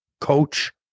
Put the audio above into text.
coach